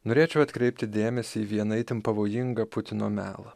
norėčiau atkreipti dėmesį į vieną itin pavojingą putino melą